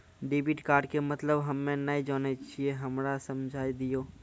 Debit card के मतलब हम्मे नैय जानै छौ हमरा समझाय दियौ?